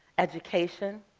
education,